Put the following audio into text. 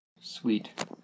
Sweet